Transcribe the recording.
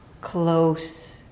close